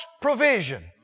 provision